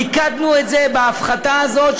מיקדנו אותה בהפחתה הזאת,